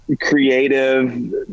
creative